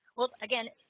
well again,